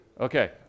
Okay